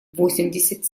восемьдесят